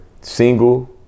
single